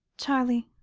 charlie,